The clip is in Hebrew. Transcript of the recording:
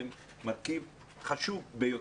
הם מרכיב חשוב ביותר.